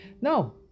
No